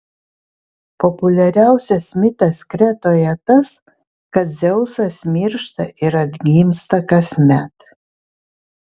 populiariausias mitas kretoje tas kad dzeusas miršta ir atgimsta kasmet